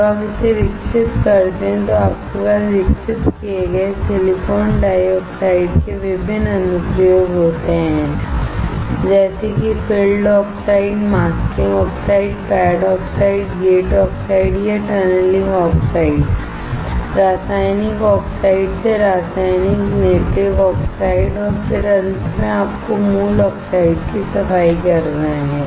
जब आप इसे विकसित करते हैं तो आपके पास विकसित किए गए सिलिकॉन डाइऑक्साइड के विभिन्न अनुप्रयोग होते हैं जैसे कि field oxide masking oxide pad oxide gate oxide या टनलिंग ऑक्साइड रासायनिक ऑक्साइड से रासायनिक नेटिव ऑक्साइड और फिर अंत में आपको मूल ऑक्साइड की सफाई करना है